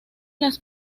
las